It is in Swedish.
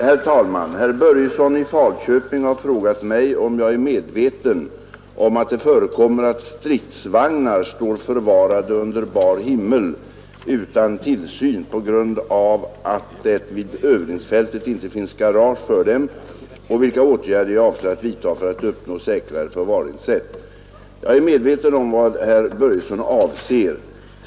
Herr talman! Herr Börjesson i Falköping har frågat mig om jag är medveten om att det förekommer att stridsvagnar står förvarade under bar himmel utan tillsyn på grund av att det vid övningsfältet inte finns garage för dem och vilka åtgärder jag avser att vidta för att uppnå säkrare förvaringssätt. Jag är medveten om vad herr Börjesson avser.